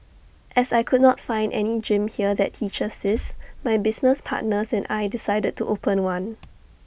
as I could not find any gym here that teaches this my business partners and I decided to open one